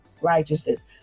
righteousness